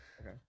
Okay